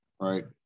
right